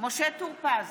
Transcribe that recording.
משה טור פז,